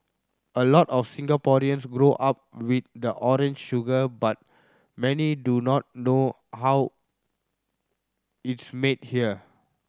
a lot of Singaporeans grow up with the orange sugar but many do not know how it's made here